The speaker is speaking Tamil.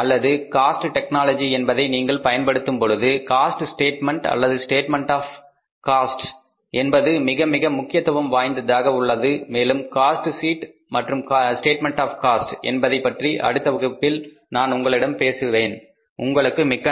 அல்ல காஸ்ட் டெக்னாலஜி என்பதை நீங்கள் பயன்படுத்தும் பொழுது காஸ்ட் ஸ்டேட்மெண்ட் அல்லது ஸ்டேட்மெண்ட் ஆஃ காஸ்ட் என்பது மிக மிக முக்கியத்துவம் வாய்ந்ததாக உள்ளது மேலும் காஸ்ட் ஷீட் மற்றும் ஸ்டேட்மெண்ட் ஆஃ காஸ்ட் என்பதை பற்றி அடுத்த வகுப்பில் நான் உங்களிடம் பேசுவேன் உங்களுக்கு மிக்க நன்றி